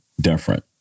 different